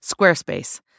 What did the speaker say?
Squarespace